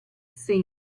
seen